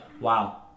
wow